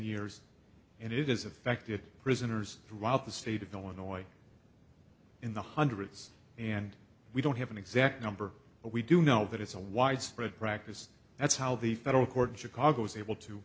years and it has affected prisoners throughout the state of illinois in the hundreds and we don't have an exact number but we do know that it's a widespread practice that's how the federal court chicago's able to